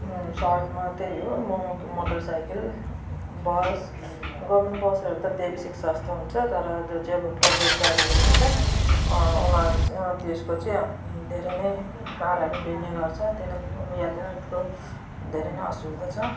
सडकमात्रै हो म motorcycle bus government बसहरू त त्यही सस्तो हुन्छ तर जो चाहिँ अब प्राइभेट गाडीहरू हुन्छ उनीहरू त्यसको चाहिँ अब धेरै नै भाडाहरू लिने गर्छ त्यही लागि यातायातको धेरै नै असुविधा छ